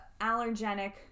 allergenic